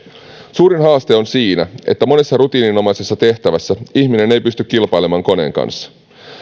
suurin haaste on siinä että monessa rutiininomaisessa tehtävässä ihminen ei pysty kilpailemaan koneen kanssa